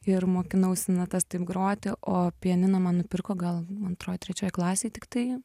ir mokinausi natas taip groti o pianiną man nupirko gal antroj trečioj klasėj tiktai